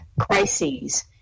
crises